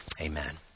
Amen